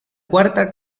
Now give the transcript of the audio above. cuarta